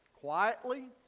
quietly